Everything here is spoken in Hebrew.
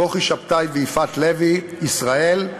כוכי שבתאי ויפעת לוי ישראל,